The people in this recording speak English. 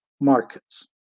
markets